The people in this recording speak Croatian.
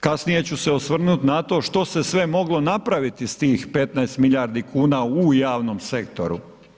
Kasnije ću se osvrnuti na to što se sve moglo napraviti s tih 15 milijardi kuna u javnom sektoru.